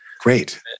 Great